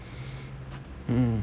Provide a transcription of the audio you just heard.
mm